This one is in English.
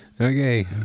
Okay